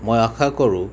মই আশা কৰোঁ